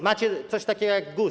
Macie coś takiego jak GUS.